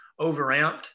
overamped